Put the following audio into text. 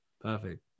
Perfect